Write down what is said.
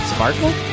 Sparkle